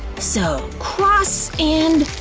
so cross and